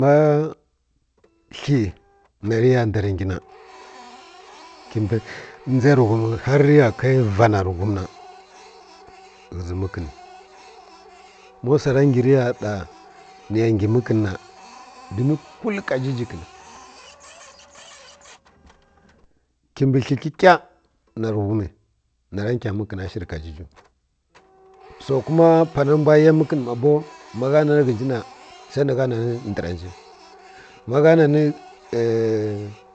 Ma kli na riya ndar ngi na ki mbǝ ndza rǝghumǝ har riya kai vana rǝ ghum na ghǝzi mǝkǝnǝ ma wsara ngi riya ɗa niya ngi mǝkǝn na dom kwul kajiji kǝni kimbǝ kla rǝ ghum nara nkyangyi mǝkǝnashi rǝ kajiju so kuma panarǝ mbwa ya mǝkǝnǝ ma bo magha nani ghǝnji na sai nǝgha naǝ ndǝra nji ma gha nanǝ́